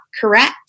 correct